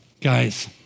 Guys